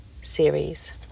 series